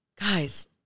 Guys